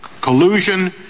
collusion